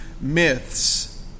myths